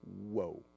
whoa